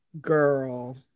girl